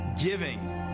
giving